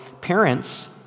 parents